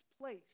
place